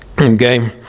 Okay